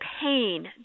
pain